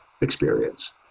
experience